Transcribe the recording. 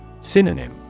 Synonym